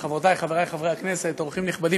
חבר הכנסת גפני.